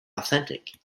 authentic